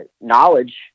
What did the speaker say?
knowledge